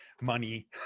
money